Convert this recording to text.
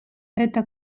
это